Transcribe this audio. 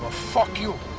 ah fuck you!